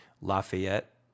Lafayette